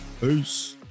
Peace